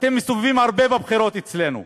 אתם מסתובבים הרבה בבחירות אצלנו,